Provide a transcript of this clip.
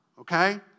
okay